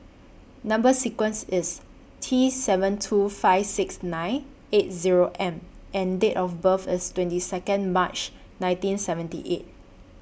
Number sequence IS T seven two five six nine eight Zero M and Date of birth IS twenty Second March nineteen seventy eight